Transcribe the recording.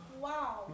Wow